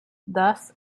thus